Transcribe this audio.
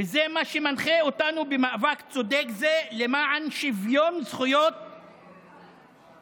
וזה מה שמנחה אותנו במאבק צודק זה למען שוויון זכויות לנכים,